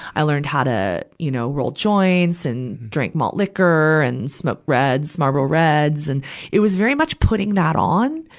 i learned how to, you know, roll joints and drink malt liquor and smoke reds, marlboro reds. and it was very much putting that on,